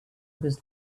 was